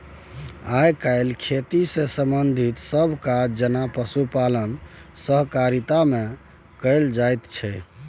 आइ काल्हि खेती सँ संबंधित सब काज जेना पशुपालन सहकारिता मे कएल जाइत छै